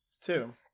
two